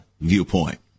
Viewpoint